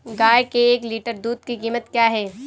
गाय के एक लीटर दूध की कीमत क्या है?